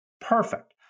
Perfect